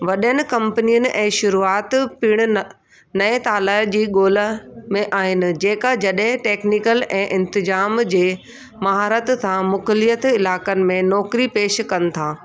वॾनि कंपनियुनि ऐं शुरूआति पीड़ीनि नऐं तालाए जी ॻोल्हा में आहिनि जेका जॾहिं टेक्नीकल ऐं इंत्जाम जे महारत सां मुकिल्यत इलाइक़नि में नौकिरी पेश कनि था